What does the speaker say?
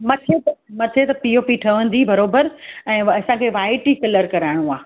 मथे त मथे पी ओ पी ठहंदी बराबरि ऐं असांखे वाइट ई कलर कराइणो आहे